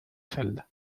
celda